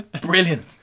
Brilliant